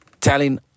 telling